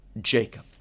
Jacob